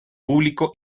público